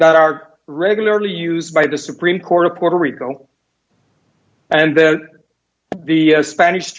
that are regularly used by the supreme court a puerto rico and that the spanish